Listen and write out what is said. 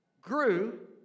grew